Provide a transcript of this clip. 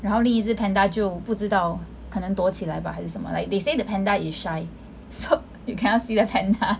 然后另一只 panda 就我不知道可能躲起来吧还是什么 like they say the panda is shy so you cannot see the panda